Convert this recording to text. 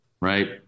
right